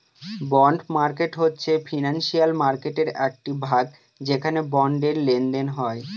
bond market হচ্ছে financial মার্কেটের একটি ভাগ যেখানে বন্ডের লেনদেন হয়